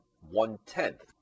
one-tenth